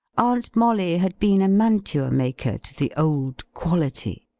aunt molly had been a mantuamaker to the old quality,